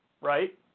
right